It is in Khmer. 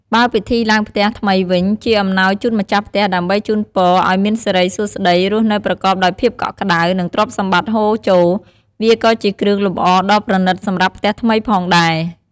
បើពិធីឡើងផ្ទះថ្មីវិញជាអំណោយជូនម្ចាស់ផ្ទះដើម្បីជូនពរឱ្យមានសិរីសួស្តី រស់នៅប្រកបដោយភាពកក់ក្តៅ និងទ្រព្យសម្បត្តិហូរចូល វាក៏ជាគ្រឿងលម្អដ៏ប្រណិតសម្រាប់ផ្ទះថ្មីផងដែរ។